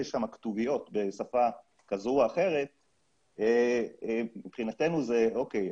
שם כתוביות בשפה כזו או אחרת מבחינתנו זה אוקיי,